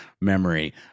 memory